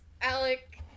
Alec